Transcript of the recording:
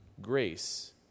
Grace